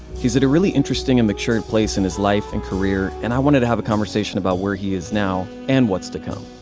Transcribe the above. he's at a really interesting and mature place in his life and career, and i wanted to have a conversation about where he is now, and what's to come.